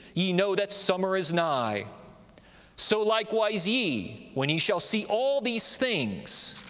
ye know that summer is nigh so likewise ye, when ye shall see all these things,